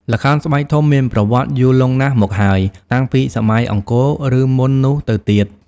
ល្ខោនស្បែកធំមានប្រវត្តិយូរលង់ណាស់មកហើយ តាំងពីសម័យអង្គរ ឬមុននោះទៅទៀត ។